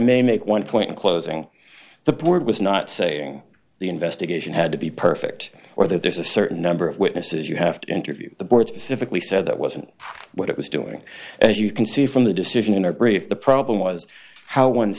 may make one point in closing the board was not saying the investigation had to be perfect or that there's a certain number of witnesses you have to interview the board specifically said that wasn't what it was doing and as you can see from the decision in our brief the problem was how one